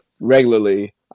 regularly